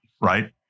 right